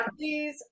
Please